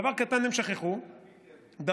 דבר קטן הם שכחו, לפיד.